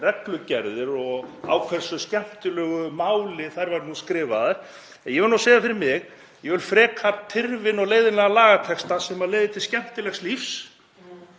og á hversu skemmtilegu máli þær væru nú skrifaðar. En ég verð að segja fyrir mig: Ég vil frekar tyrfinn og leiðinlegan lagatexta sem leiðir til skemmtilegs lífs